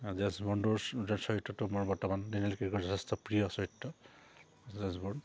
James বণ্ডৰ চৰিত্ৰটো মোৰ বৰ্তমান ডেনিয়েল ক্ৰে'গৰ যথেষ্ট প্ৰিয় চৰিত্ৰ জেমছ বণ্ড